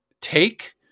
take